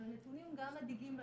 אבל הנתונים גם מדאיגים.